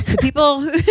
People